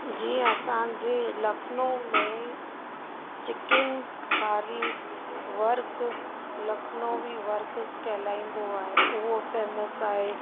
जीअं असांजे लखनऊ में चिकनकारी वर्क लखनऊ बि वर्क कहलाईंदो आहे उहा फेमस आहे